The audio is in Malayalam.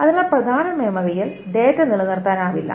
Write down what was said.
അതിനാൽ പ്രധാന മെമ്മറിയിൽ ഡാറ്റ നിലനിർത്താനാവില്ല